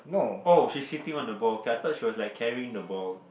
oh she's sitting on the ball okay I thought she was like carrying the ball